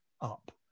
up